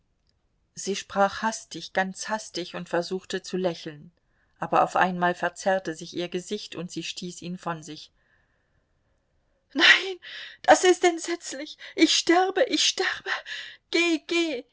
sie sprach hastig ganz hastig und versuchte zu lächeln aber auf einmal verzerrte sich ihr gesicht und sie stieß ihn von sich zurück nein das ist entsetzlich ich sterbe ich sterbe geh geh